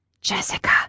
Jessica